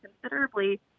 considerably